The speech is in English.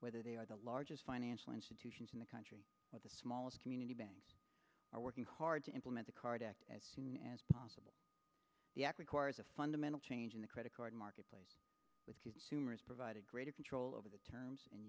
whether they are the largest financial institutions in the country or the smallest community banks are working hard to implement the card act as soon as possible the act requires a fundamental change in the credit card marketplace with tumours providing greater control over the terms